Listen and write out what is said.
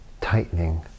tightening